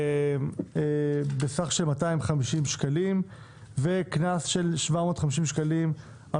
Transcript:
חנייה בסך של 250 שקלים וקנס של 750 שקלים על